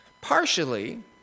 Partially